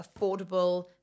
affordable